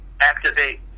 activate